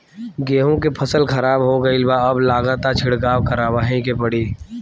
गेंहू के फसल खराब हो गईल बा अब लागता छिड़काव करावही के पड़ी